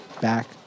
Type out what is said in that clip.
back